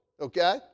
okay